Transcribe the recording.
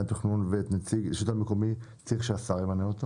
התכנון ואת נציג הרשות המקומית צריך שהשר ימנה?